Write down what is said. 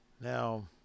Now